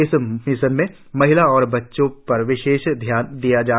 इस मिशन में महिलाओं और बच्चों पर विशेष ध्यान दिया जा रहा है